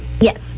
Yes